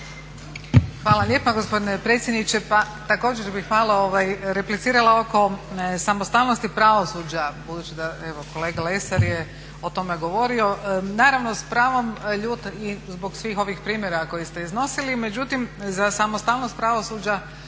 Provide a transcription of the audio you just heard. Hvala lijepa gospodine predsjedniče. Pa također bih malo replicirala oko samostalnosti pravosuđa, budući da evo kolega Lesar je o tome govorio naravno s pravom ljut i zbog svih ovih primjera koje ste iznosili. Međutim, za samostalnost pravosuđa